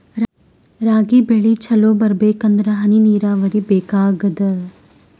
ರಾಗಿ ಬೆಳಿ ಚಲೋ ಬರಬೇಕಂದರ ಹನಿ ನೀರಾವರಿ ಬೇಕಾಗತದ?